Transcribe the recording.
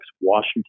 Washington